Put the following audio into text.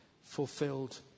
fulfilled